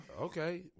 Okay